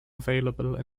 available